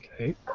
Okay